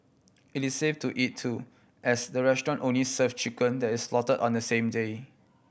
it is safe to eat too as the restaurant only serve chicken that is slaughter on the same day